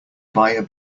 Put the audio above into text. buyer